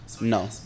No